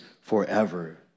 Forever